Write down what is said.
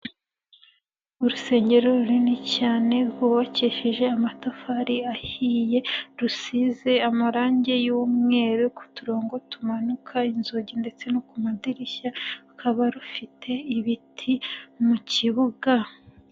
Urusengero runini cyane rwubakishije amatafari ahiye, rusize amarangi y'umweru ku turongo tumanuka inzugi ndetse no ku madirishya, rukaba rufite ibiti mu kibuga.